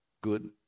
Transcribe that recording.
good